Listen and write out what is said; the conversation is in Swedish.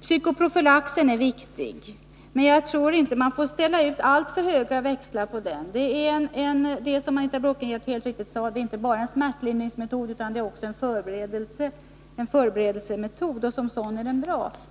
Psykoprofylaxen är viktig, men jag tror inte att man får dra alltför stora växlar på den. Den är, som Anita Bråkenhielm helt riktigt sade, inte bara en smärtlindringsmetod utan också en förberedelsemetod, och som sådan är den bra.